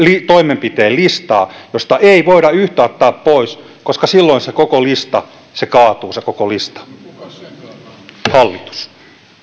toimenpiteen listaa josta ei voida yhtä ottaa pois koska silloin se koko lista kaatuu hallitus